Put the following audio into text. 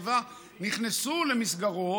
שבע נכנסו למסגרות,